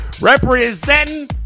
representing